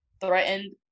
threatened